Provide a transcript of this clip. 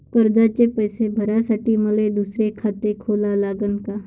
कर्जाचे पैसे भरासाठी मले दुसरे खाते खोला लागन का?